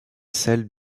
celles